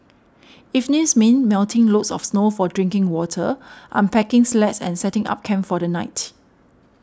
evenings mean melting loads of snow for drinking water unpacking sleds and setting up camp for the night